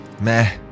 meh